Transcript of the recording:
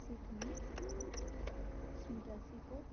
Sydney सैंटसिको